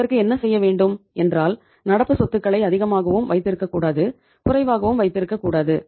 இதற்கு என்ன செய்ய வேண்டும் என்றால் நடப்பு சொத்துகளை அதிகமாகவும் வைத்திருக்கக்கூடாது குறைவாகவும் வைத்திருக்கக்கூடாது